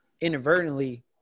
inadvertently